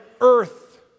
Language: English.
earth